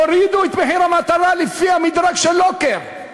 הורידו את מחיר המטרה לפי המדרג של לוקר,